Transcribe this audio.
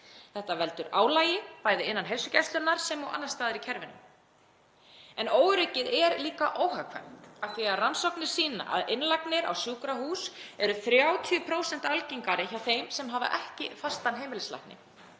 Þetta veldur álagi, bæði innan heilsugæslunnar sem og annars staðar í kerfinu. Óöryggið er jafnframt óhagkvæmt og rannsóknir sýna að innlagnir á sjúkrahús eru 30% algengari hjá þeim sem hafa ekki fastan heimilislækni.